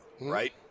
right